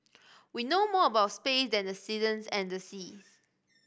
we know more about space than the seasons and the seas